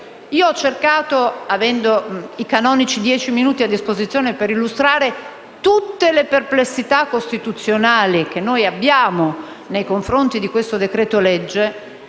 è forma. Avendo i canonici dieci minuti per illustrare tutte le perplessità costituzionali che abbiamo nei confronti di questo decreto-legge,